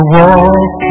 walk